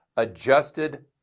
adjusted